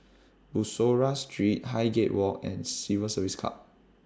Bussorah Street Highgate Walk and Civil Service Club